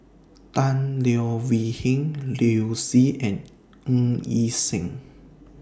Tan Leo Wee Hin Liu Si and Ng Yi Sheng